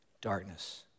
darkness